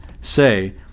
say